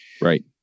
Right